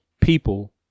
people